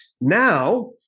Now